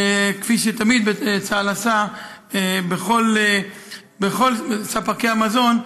כפי שתמיד צה"ל עשה עם כל ספקי המזון,